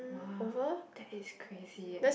!wow! that is crazy eh